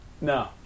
No